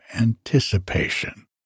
anticipation